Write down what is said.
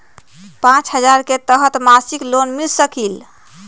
पाँच हजार के तहत मासिक लोन मिल सकील?